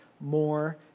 more